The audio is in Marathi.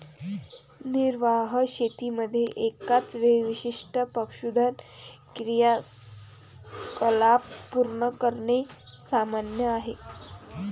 निर्वाह शेतीमध्ये एकाच वेळी विशिष्ट पशुधन क्रियाकलाप पूर्ण करणे सामान्य आहे